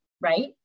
right